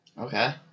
Okay